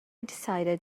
decided